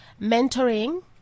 mentoring